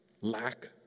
Lack